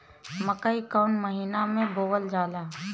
मकई कौन महीना मे बोअल जाला?